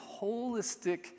holistic